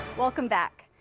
welcome back.